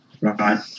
right